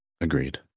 Agreed